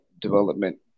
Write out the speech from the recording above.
development